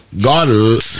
God